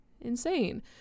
insane